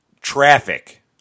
Traffic